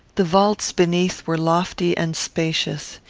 the vaults beneath were lofty and spacious.